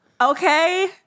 Okay